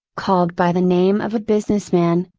called by the name of a business man,